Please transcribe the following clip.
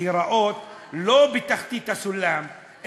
להיראות לא בתחתית הסולם,